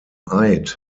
eid